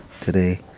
today